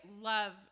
love